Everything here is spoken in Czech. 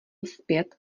zpět